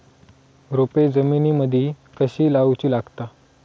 रोपे जमिनीमदि कधी लाऊची लागता?